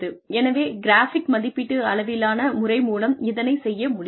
எனவே கிராஃபிக் மதிப்பீட்டு அளவிலான முறை மூலம் இதனைச் செய்ய முடியும்